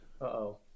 Uh-oh